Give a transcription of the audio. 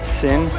sin